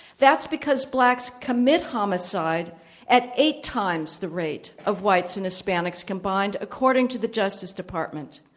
that's because blacks commit homicide at eight times the rate of whites and hispanics combined according to the justice department.